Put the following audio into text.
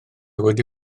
wedi